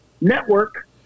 network